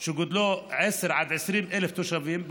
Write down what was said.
שגודלו 10,000 20,000 תושבים,